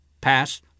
pass